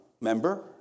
member